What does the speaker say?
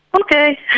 Okay